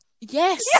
yes